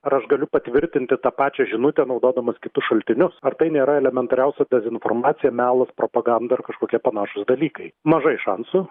ar aš galiu patvirtinti tą pačią žinutę naudodamas kitus šaltinius ar tai nėra elementariausia dezinformacija melas propaganda ar kažkokie panašūs dalykai mažai šansų